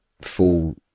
full